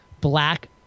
black